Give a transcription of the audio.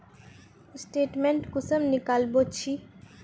Statement कुंसम निकलाबो छी?